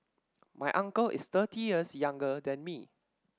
my uncle is thirty years younger than me